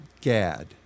Gad